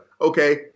Okay